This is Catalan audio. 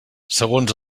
segons